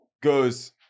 goes